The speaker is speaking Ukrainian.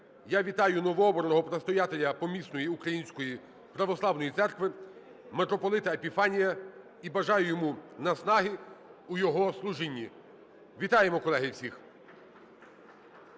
Я вітаю новообраного предстоятеля помісної української Православної Церкви митрополита Епіфанія і бажаю йому наснаги у його служінні. Вітаємо, колеги, всіх!